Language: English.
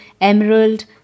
emerald